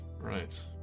Right